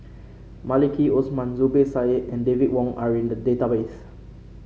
Maliki Osman Zubir Said and David Wong are in the database